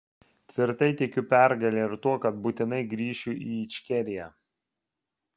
tvirtai tikiu pergale ir tuo kad būtinai grįšiu į ičkeriją